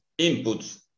inputs